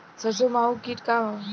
सरसो माहु किट का ह?